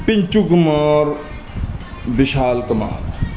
Pinchu Kumar Vishal Kumar